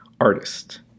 Artist